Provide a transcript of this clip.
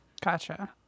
Gotcha